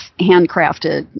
handcrafted